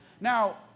Now